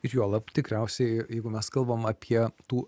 ir juolab tikriausiai jeigu mes kalbam apie tų